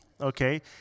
okay